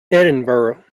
edinburgh